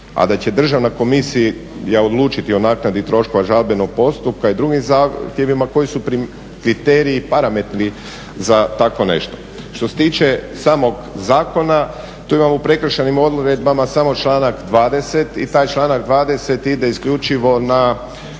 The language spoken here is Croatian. a da će Državna komisija odlučiti o naknadi troškova žalbenog postupka i drugim zahtjevima koji su kriteriji i parametri za tako nešto. Što se tiče samog zakona, tu imamo u prekršajnim odredbama samo članak 20. i taj članak 20. ide isključivo na